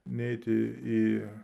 neiti į